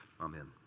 Amen